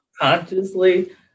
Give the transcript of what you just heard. consciously